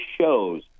shows